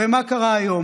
הרי מה קרה היום?